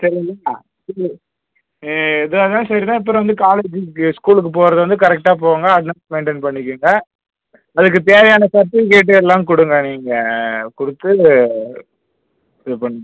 சேரிங்களா இது எதுவாகயிருந்தாலும் சரிதான் அப்புறம் வந்து காலேஜ்க்கு ஸ்கூல்க்கு போகுறதை வந்து கரெக்ட்டாக போங்க அது மெய்ன்டெய்ன் பண்ணிக்குங்கள் அதுக்குத் தேவையான சர்ட்டிஃபிகேட் எல்லாம் கொடுங்கள் நீங்க கொடுத்து இது பண்ணுங்கள்